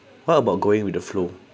what about going with the flow